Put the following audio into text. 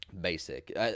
basic